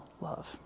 love